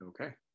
okay